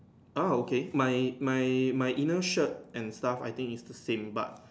ah okay my my my inner shirt and stuff I think is the same but